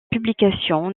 publication